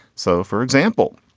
so for example,